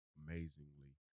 amazingly